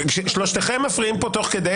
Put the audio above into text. ------ שלושתכם מפריעים פה תוך כדי